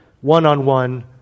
One-on-one